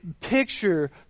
picture